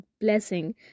blessing